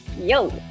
Yo